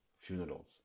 funerals